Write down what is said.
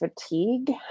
fatigue